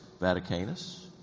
Vaticanus